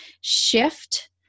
shift